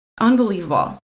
unbelievable